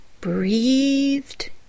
breathed